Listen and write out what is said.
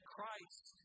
Christ